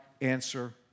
answer